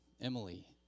Emily